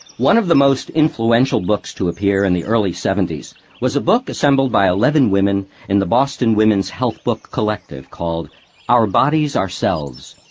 one of the most influential books to appear in and the early seventies was a book assembled by eleven women in the boston women's health book collective called our bodies, ourselves.